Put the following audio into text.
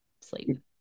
sleep